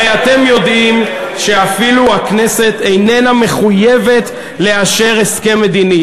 הרי אתם יודעים שאפילו הכנסת איננה מחויבת לאשר הסכם מדיני.